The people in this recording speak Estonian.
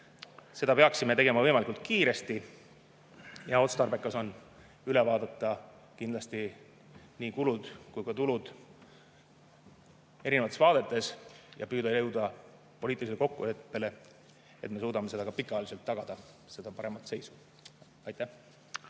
Seda peaksime tegema võimalikult kiiresti. Otstarbekas on üle vaadata kindlasti nii kulud kui ka tulud erinevates vaadetes ja püüda jõuda poliitilisele kokkuleppele, et me suudaks seda ka pikaajaliselt tagada, seda paremat seisu. Tänan